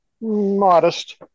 modest